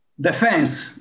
defense